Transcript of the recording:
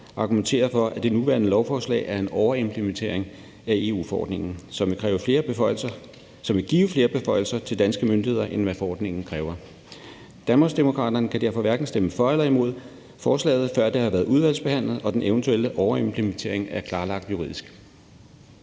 argumenterer for, at det nuværende lovforslag er en overimplementering af EU-forordningen, som vil give flere beføjelser til danske myndigheder, end hvad forordningen kræver. Danmarksdemokraterne kan derfor hverken stemme for eller imod forslaget, før det har været udvalgsbehandlet og den eventuelle overimplementering er klarlagt juridisk.